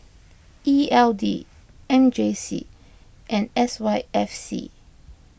E L D M J C and S Y F C